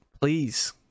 please